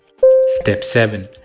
step seven.